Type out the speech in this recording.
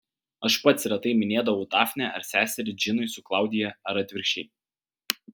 aš pats retai minėdavau dafnę ar seserį džinui su klaudija ar atvirkščiai